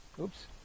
Oops